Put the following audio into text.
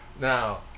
now